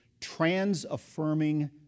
trans-affirming